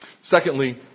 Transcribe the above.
Secondly